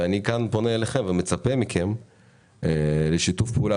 אני כאן פונה אליכם ומצפה מכם לשיתוף פעולה